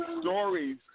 stories